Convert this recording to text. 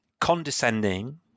condescending